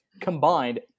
combined